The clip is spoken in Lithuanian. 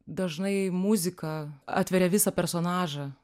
dažnai muzika atveria visą personažą